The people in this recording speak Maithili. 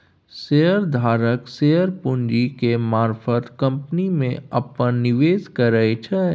शेयर धारक शेयर पूंजी के मारफत कंपनी में अप्पन निवेश करै छै